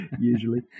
usually